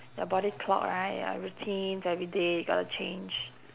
your body clock right your routines everyday got to change